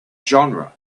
genre